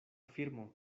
firmo